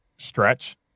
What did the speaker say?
stretch